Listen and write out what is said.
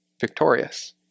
victorious